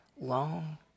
long